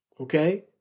okay